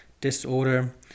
Disorder